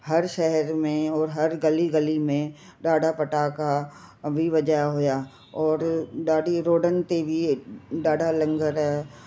हर शहर में और हर गली गली में ॾाढा फ़टाका बि वॼा हुया और ॾाढी रोडनि ते बि ॾाढा लंगर